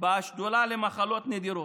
בשדולה למחלות נדירות: